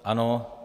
Ano.